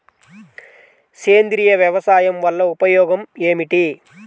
సేంద్రీయ వ్యవసాయం వల్ల ఉపయోగం ఏమిటి?